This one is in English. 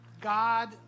God